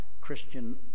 Christian